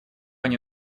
они